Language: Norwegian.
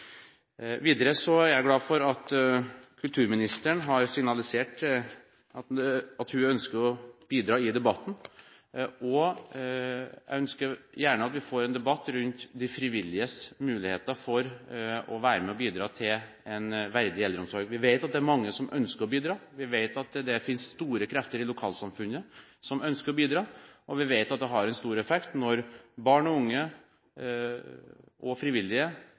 er jeg glad for at kulturministeren har signalisert at hun ønsker å bidra i debatten. Jeg ønsker gjerne at vi får en debatt rundt de frivilliges muligheter til å være med og bidra til en verdig eldreomsorg. Vi vet at det er mange som ønsker å bidra, vi vet at det finnes store krefter i lokalsamfunnene som ønsker å bidra, og vi vet at det har en stor effekt når barn, unge og frivillige